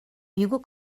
bugle